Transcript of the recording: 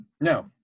No